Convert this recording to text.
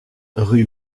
rue